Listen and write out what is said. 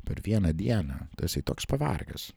per vieną dieną tu esi toks pavargęs